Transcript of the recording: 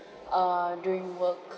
err during work